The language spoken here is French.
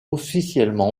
officiellement